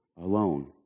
alone